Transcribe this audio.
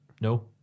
No